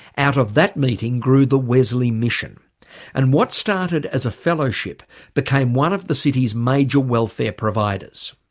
out of that meeting grew the wesley mission and what started as a fellowship became one of the city's major welfare providers.